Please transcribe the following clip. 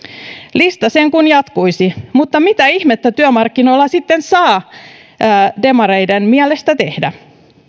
lista sen kun jatkuisi mutta mitä ihmettä työmarkkinoilla sitten saa demareiden mielestä tehdä